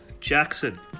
Jackson